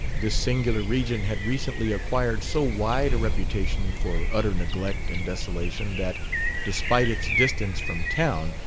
this singular region had recently acquired so wide a reputation for utter neglect and desolation that despite its distance from town,